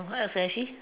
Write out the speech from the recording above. what else actually